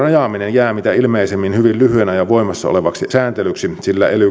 jää mitä ilmeisimmin hyvin lyhyen ajan voimassa olevaksi sääntelyksi sillä ely